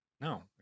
no